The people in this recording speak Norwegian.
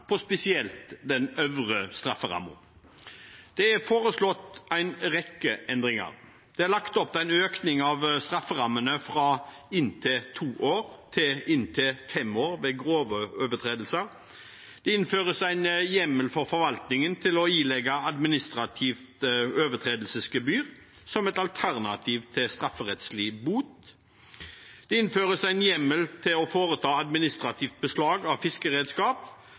spesielt på den øvre strafferammen. Det er foreslått en rekke endringer. Det er lagt opp til en økning av strafferammene fra «inntil to år» til «inntil fem år» ved grove overtredelser. Det innføres en hjemmel for forvaltningen til å ilegge administrativt overtredelsesgebyr, som et alternativ til strafferettslig bot. Det innføres en hjemmel til å foreta administrativt beslag av fiskeredskap